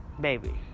Baby